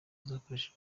zoherejwe